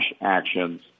actions